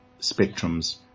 spectrums